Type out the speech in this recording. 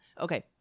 Okay